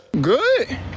good